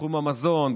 בתחום המזון,